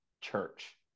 church